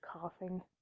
coughing